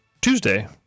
Tuesday